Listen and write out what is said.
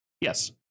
Yes